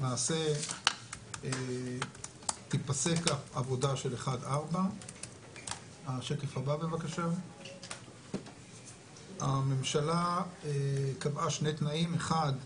למעשה תיפסק העבודה של 1-4. הממשלה קבעה שני תנאים: אחד,